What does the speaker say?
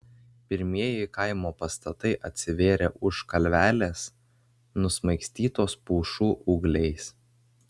pirmieji kaimo pastatai atsivėrė už kalvelės nusmaigstytos pušų ūgliais